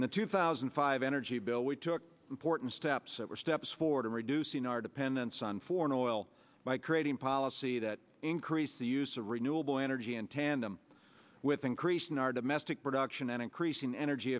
and the two thousand and five energy bill we took important steps that were steps forward in reducing our dependence on foreign oil by creating policy that increase the use of renewable energy in tandem with increasing our domestic production and increasing energy